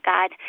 God